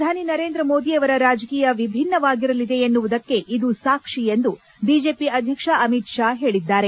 ಶ್ರಧಾನಿ ನರೇಂದ್ರಮೋದಿ ಅವರ ರಾಜಕೀಯ ವಿಭಿನ್ನವಾಗಿರಲಿದೆ ಎನ್ನುವುದಕ್ಕೆ ಇದು ಸಾಕ್ಷಿ ಎಂದು ಬಿಜೆಪಿ ಅಧ್ಯಕ್ಷ ಅಮಿತ್ ಷಾ ಹೇಳಿದ್ದಾರೆ